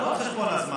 זה לא על חשבון הזמן.